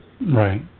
Right